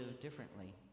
differently